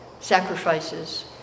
sacrifices